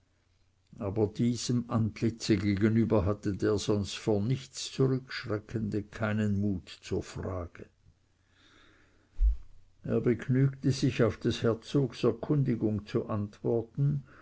aber diesem antlitze gegenüber hatte der sonst vor nichts zurückschreckende keinen mut zur frage er begnügte sich auf des herzogs erkundigung zu antworten